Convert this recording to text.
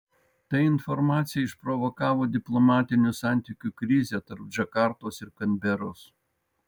ta informacija išprovokavo diplomatinių santykių krizę tarp džakartos ir kanberos